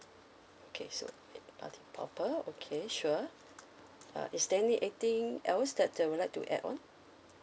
okay so uh party popper okay sure uh is there any anything else that you would like to add on